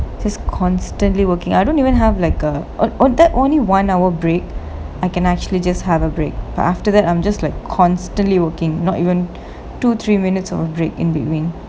just constantly working I don't even have like uh oh oh that only one hour break I can actually just have a break but after that I'm just like constantly working not even two three minutes or break in between